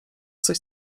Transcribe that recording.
coś